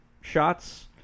shots